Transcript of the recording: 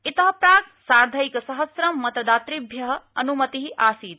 इतः प्राक् साधैकसहसं मतदातृभ्यः अनुमतिः आसीत्